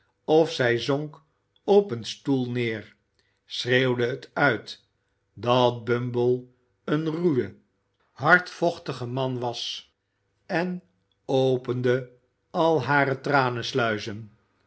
of zij zonk op een stoel neer schreeuwde het uit dat bumble een ruwe hartvochtige man was en opende al hare tranensluizen